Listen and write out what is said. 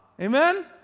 Amen